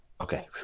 Okay